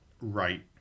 right